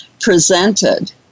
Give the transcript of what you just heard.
presented